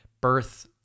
birth